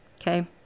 Okay